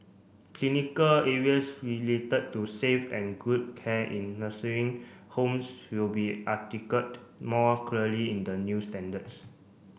clinical areas related to safe and good care in nursing homes will be more clearly in the new standards